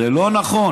זה לא נכון.